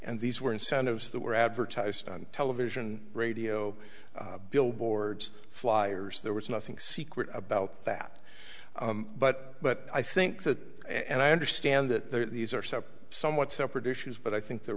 and these were incentives that were advertised on television radio billboards flyers there was nothing secret about that but but i think that and i understand that these are separate somewhat separate issues but i think they're